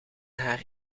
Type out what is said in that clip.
haar